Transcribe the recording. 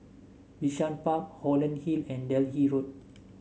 Bishan Park Holland Hill and Delhi Road